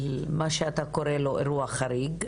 על מה שאתה קורא לו אירוע חריג,